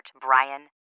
Brian